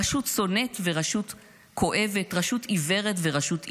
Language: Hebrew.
/ רשות שונאת ורשות כואבת / רשות עיוורת ורשות אילמת.